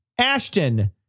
Ashton